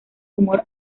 tumor